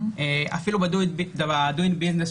אפילו ב-Doing Business,